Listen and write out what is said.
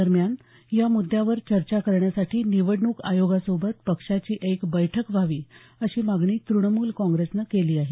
दरम्यान या मुद्द्यावर चर्चा करण्यासाठी निवडणूक आयोगासोबत पक्षाची एक बैठक व्हावी अशी मागणी त्रणमूल काँग्रेसनं केली आहे